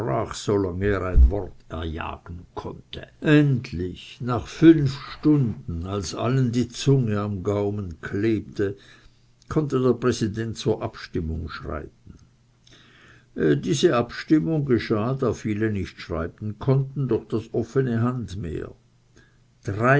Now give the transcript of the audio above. ein wort erjagen konnte endlich nach fünf stunden als allen die zunge am gaumen klebte konnte der präsident zur abstimmung schreiten diese abstimmung geschah da viele nicht schreiben konnten durch das offene